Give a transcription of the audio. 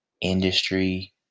industry